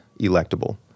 electable